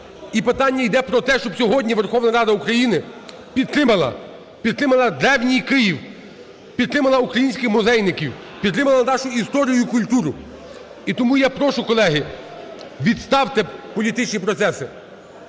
І питання йде про те, щоб сьогодні Верховна Рада України підтримали, підтримала Древній Київ, підтримала українських музейників, підтримала нашу історію і культуру. І тому я прошу, колеги, відставте політичні процеси,